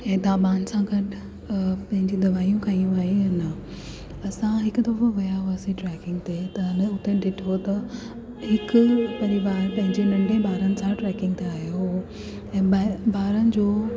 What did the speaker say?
ऐं ता पाण सां गॾु अ पंहिंजी दवाइयूं खयूं आहिनि या न असां हिकु दफ़ो विया हुयासीं ट्रेकिंग ते त न हुते ॾिठो त हिकु परिवार पंहिंजे नंढे ॿारनि सां ट्रेकिंग ते आयो हो ऐं बि ॿारनि जो